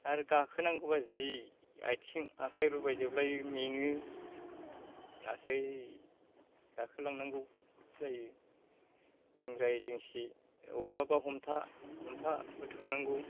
आरो गाखोनांगौबा जि आथिं आखाय रुबायजोबलायो मेङो लासै गाखोलांनांगौ जायो दिंग्राय दिंसि अबेवबा हमथा हमथा थांनांगौ